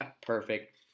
perfect